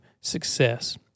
success